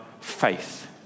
faith